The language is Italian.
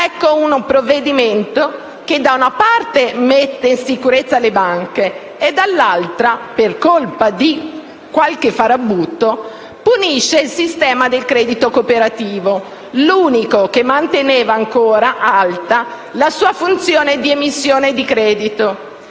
ecco un provvedimento che, da una parte, mette in sicurezza le banche e, dall'altra, per colpa di qualche farabutto, punisce il sistema del credito cooperativo, l'unico che manteneva ancora alta la sua funzione di emissione di credito.